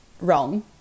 wrong